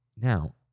now